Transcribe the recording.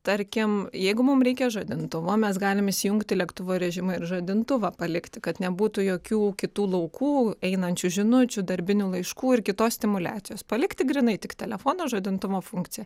tarkim jeigu mum reikia žadintuvo mes galim įsijungti lėktuvo režimą ir žadintuvą palikti kad nebūtų jokių kitų laukų einančių žinučių darbinių laiškų ir kitos stimuliacijos palikti grynai tik telefono žadintuvo funkciją